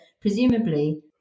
presumably